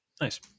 Nice